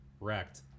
wrecked